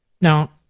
Now